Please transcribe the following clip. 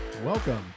Welcome